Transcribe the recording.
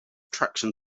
traction